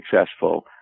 successful